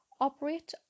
Operate